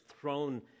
thrown